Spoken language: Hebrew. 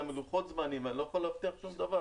בלוחות זמנים ואני לא יכול להבטיח שום דבר.